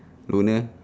loner